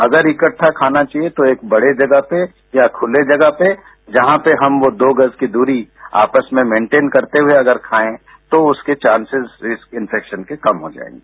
अगर इकट्टा खाना चाहिए तो एक बड़े जगह पे या खुली जगह पे जहां पे हम दो गज की दूरी आपस में मेंटेन करते हुए अगर खाएं तो उसके चांसेज डिसइन्फेक्शन के कम होते हैं